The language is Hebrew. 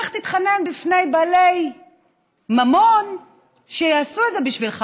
לך תתחנן בפני בעלי ממון שיעשו את זה בשבילך,